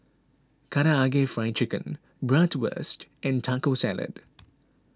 Karaage Fried Chicken Bratwurst and Taco Salad